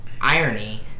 irony